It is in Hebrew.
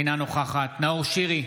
אינה נוכחת נאור שירי,